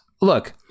look